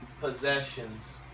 possessions